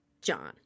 John